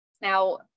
Now